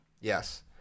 Yes